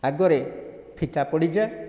ଆଗରେ ଫିକା ପଡ଼ିଯାଏ